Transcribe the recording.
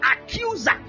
Accuser